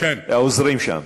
העוזרים שם.